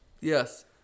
Yes